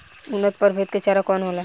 उन्नत प्रभेद के चारा कौन होला?